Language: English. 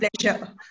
pleasure